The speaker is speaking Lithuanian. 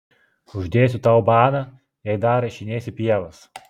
uždėsiu tau baną jei dar rašinėsi pievas